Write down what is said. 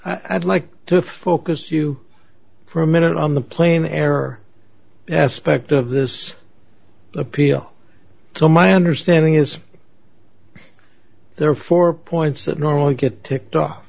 question i'd like to focus you for a minute on the plane error aspect of this appeal so my understanding is there are four points that normally get ticked off